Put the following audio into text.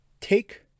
take